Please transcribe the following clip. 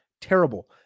terrible